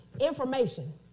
information